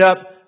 up